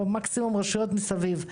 או הרשויות מסביב,